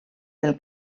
del